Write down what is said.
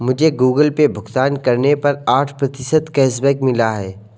मुझे Google Pay भुगतान करने पर आठ प्रतिशत कैशबैक मिला है